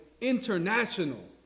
international